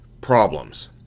Problems